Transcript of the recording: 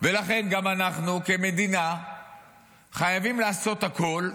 לכן גם אנחנו כמדינה חייבים לעשות הכול.